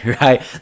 right